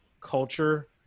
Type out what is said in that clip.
culture